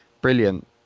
Brilliant